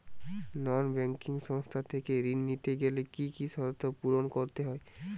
নন banking সংস্থা থেকে ঋণ নিতে গেলে কি কি শর্ত পূরণ করতে হয়?